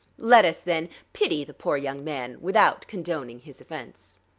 let us, then, pity the poor young man without condoning his offense.